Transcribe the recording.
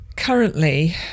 Currently